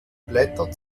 blätter